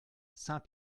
saint